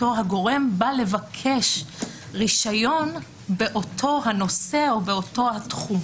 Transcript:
לא תמסור משטרת ישראל מידע על תיקים תלויים ועומדים.